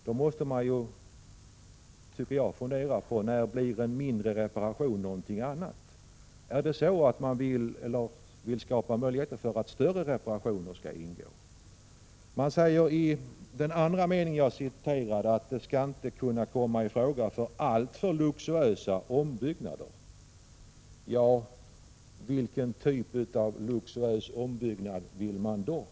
Men då måste man, tycker jag, fråga sig när en mindre reparation inte längre är en mindre reparation. Vill man på detta sätt möjliggöra att större reparationer skall omfattas av bestämmelserna? I den andra av de nyss citerade meningarna säger man att ”alltför luxuösa ombyggnader” inte skall komma i fråga. Ja, men vilken typ av luxuösa ombyggnader skall komma i fråga?